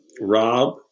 Rob